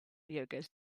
yogurt